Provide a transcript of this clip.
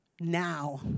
now